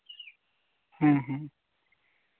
ᱦᱮᱸ ᱦᱮᱸ